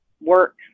work